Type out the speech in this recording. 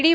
D